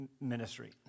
ministry